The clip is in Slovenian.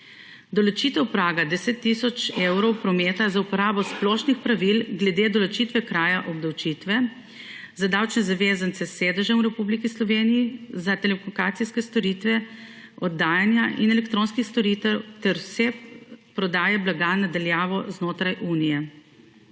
določitev praga 10 tisoč evrov prometa za uporabo splošnih pravil glede določitve kraja obdavčitve za davčne zavezance s sedežem v Republiki Sloveniji za telekomunikacijske storitve oddajanja in elektronskih storitev ter vse prodaje blaga na daljavo znotraj Unije;